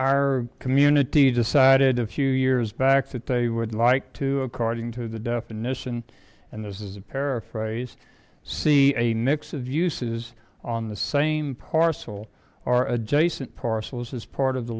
our community decided a few years back that they would like to according to the definition and this is a paraphrase see a mix of uses on the same parcel or adjacent parcels as part of the